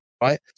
right